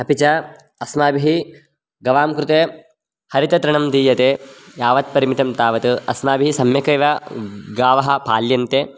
अपि च अस्माभिः गवां कृते हरिततृणं दीयते यावत् परिमितं तावत् अस्माभिः सम्यगेव गावः पाल्यन्ते